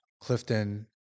Clifton